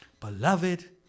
Beloved